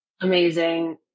Amazing